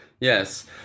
Yes